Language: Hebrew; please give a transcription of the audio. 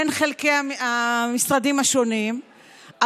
בין חלקי המשרדים השונים,